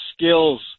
skills